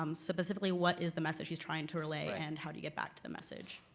um specifically, what is the message he's trying to relay, and how do you get back to the message?